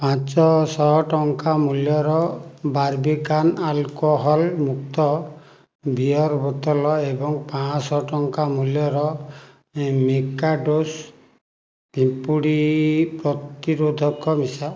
ପାଞ୍ଚଶହ ଟଙ୍କା ମୂଲ୍ୟର ବାର୍ବିକାନ୍ ଆଲକୋହଲ୍ ମୁକ୍ତ ବିୟର୍ ବୋତଲ ଏବଂ ପାଞ୍ଚଶହ ଟଙ୍କା ମୂଲ୍ୟର ମିକାଡ଼ୋସ୍ ପିମ୍ପୁଡ଼ି ପ୍ରତିରୋଧକ ମିଶା